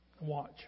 Watch